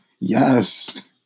Yes